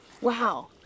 Wow